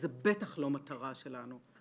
וזו בטח לא מטרה שלנו.